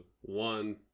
One